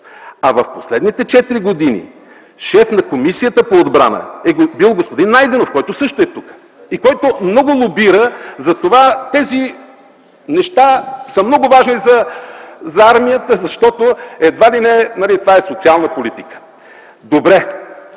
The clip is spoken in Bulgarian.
А в последните 4 години шеф на Комисията по отбрана е бил господин Найденов, който също е тук и който много лобира за това, че тези неща са много важни за армията, защото едва ли не това е социална политика.